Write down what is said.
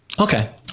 Okay